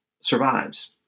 survives